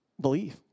believe